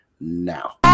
now